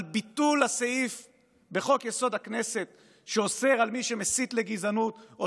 על ביטול הסעיף בחוק-יסוד: הכנסת שאוסר על מי שמסית לגזענות או